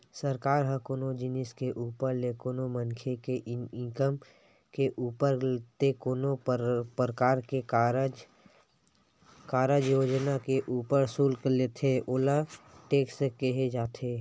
सरकार ह कोनो जिनिस के ऊपर ते कोनो मनखे के इनकम के ऊपर ते कोनो परकार के कारज योजना के ऊपर सुल्क लेथे ओला टेक्स केहे जाथे